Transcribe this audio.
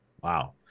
Wow